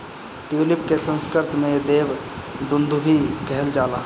tulip के संस्कृत में देव दुन्दुभी कहल जाला